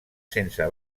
sense